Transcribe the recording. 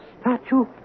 Statue